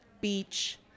beach